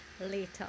later